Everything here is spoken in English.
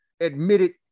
admitted